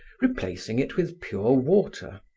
replacing it with pure water.